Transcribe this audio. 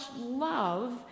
love